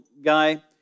guy